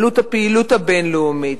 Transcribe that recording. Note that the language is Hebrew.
עלות הפעילות הבין-לאומית.